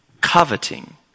coveting